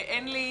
אין לי מילים.